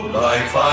life